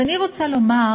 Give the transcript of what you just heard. אז אני רוצה לומר